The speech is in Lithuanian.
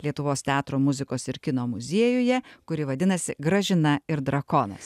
lietuvos teatro muzikos ir kino muziejuje kuri vadinasi gražina ir drakonas